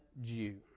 Jew